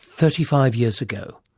thirty five years ago.